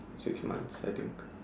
six months I think